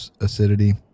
acidity